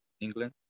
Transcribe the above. England